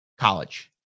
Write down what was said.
college